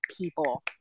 people